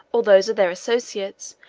or those of their associates,